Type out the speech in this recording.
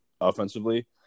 offensively